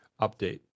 update